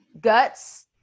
guts